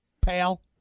Pal